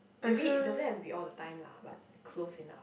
maybe it doesn't have to be all the time lah but close enough